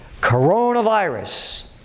coronavirus